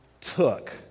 took